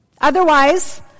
Otherwise